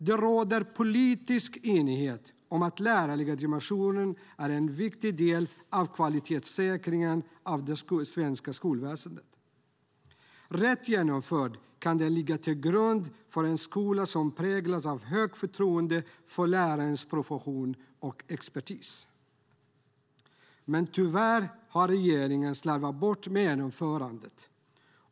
Det råder politisk enighet om att lärarlegitimationen är en viktig del av kvalitetssäkringen i det svenska skolväsendet. Rätt genomförd kan den ligga till grund för en skola som präglas av högt förtroende för lärarnas profession och expertis. Men tyvärr har regeringen slarvat med genomförandet.